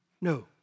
No